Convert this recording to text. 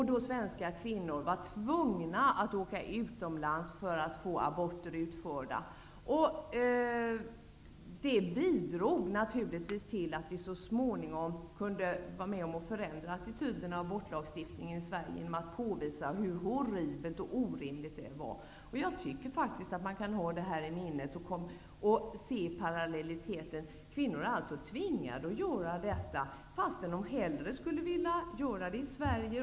Då var svenska kvinnor tvungna att åka utomlands för att få aborter utförda. Genom att påvisa hur horribel och orimlig abortlagstiftningen i Sverige var, bidrog det naturligtvis till att vi så småningom fick vara med om en förändring av attityderna till den. Jag tycker faktiskt att man bör ha detta i minnet, för att lättare se parallellerna. Kvinnor är alltså tvingade att utomlands göra dessa ingrepp, trots att de hellre skulle vilja gör dem i Sverige.